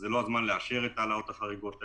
זה לא הזמן לאשר את ההעלאות החריגות האלה.